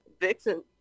Vixen